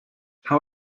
how